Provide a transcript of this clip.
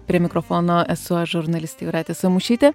prie mikrofono esu žurnalistė jūratė samušytė